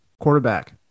quarterback